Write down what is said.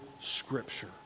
Scripture